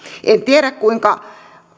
en tiedä kuinka